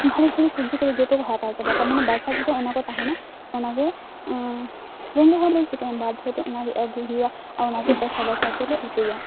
ᱵᱷᱟᱹᱞᱤ ᱵᱷᱟᱹᱞᱤ ᱥᱚᱵᱡᱤ ᱠᱚᱫᱚ ᱡᱚᱛᱚ ᱠᱚ ᱦᱟᱛᱟᱣ ᱪᱟᱵᱟ ᱠᱟᱜᱼᱟ ᱢᱟᱱᱮ ᱵᱟᱪᱷᱟᱣ ᱵᱟᱪᱷᱟᱣ ᱚᱱᱟᱠᱚ ᱛᱟᱦᱮᱱᱟ ᱚᱱᱟᱜᱮ ᱨᱮᱸᱜᱮᱡᱽ ᱦᱚᱲ ᱫᱚ ᱪᱤᱠᱟᱹᱭᱟᱢ ᱵᱟᱫᱫᱷᱚᱛᱮ ᱚᱱᱟᱜᱮ ᱟᱜᱩᱭ ᱦᱩᱭᱩᱜᱼᱟ ᱚᱱᱟᱜᱮ ᱵᱟᱪᱷᱟᱣ ᱵᱟᱪᱷᱟᱣ ᱛᱮᱞᱮ ᱩᱛᱩᱭᱟ